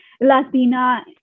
Latina